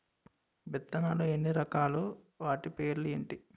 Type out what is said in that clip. విత్తనాలు ఎన్ని రకాలు, వాటి పేర్లు ఏంటి?